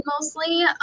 mostly